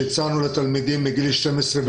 יש קושי לתת קנס בגובה של 5,000 שקלים.